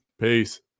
Peace